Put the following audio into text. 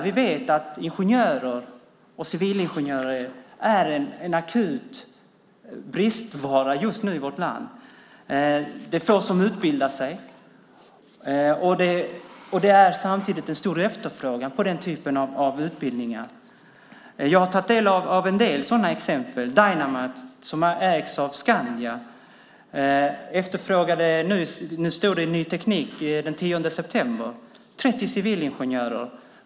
Vi vet att ingenjörer och civilingenjörer är en akut bristvara just nu i vårt land. Det är få som utbildar sig. Samtidigt är det en stor efterfrågan på den typen av utbildningar. Jag har tagit del av en del sådana exempel. Dynamit som ägs av Skandia efterfrågade, stod det i Ny Teknik den 10 september, 30 civilingenjörer.